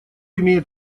имеет